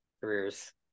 careers